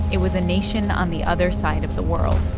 it was a nation on the other side of the world